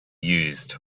used